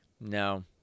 No